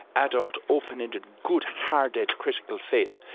adult, open-ended, good-hearted, critical faith,